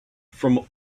from